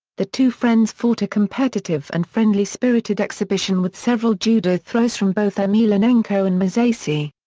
the two friends fought a competitive and friendly spirited exhibition with several judo throws from both emelianenko and mousasi.